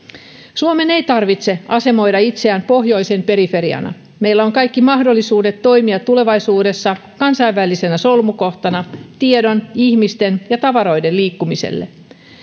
suomen ei tarvitse asemoida itseään pohjoisen periferiana meillä on kaikki mahdollisuudet toimia tulevaisuudessa kansainvälisenä solmukohtana tiedon ihmisten ja tavaroiden liikkumiselle